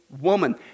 woman